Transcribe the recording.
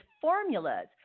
formulas